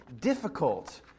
difficult